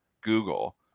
Google